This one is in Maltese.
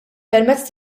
permezz